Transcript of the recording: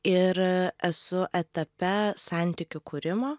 ir esu etape santykių kūrimo